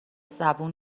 زبون